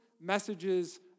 messages